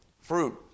fruit